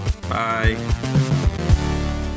bye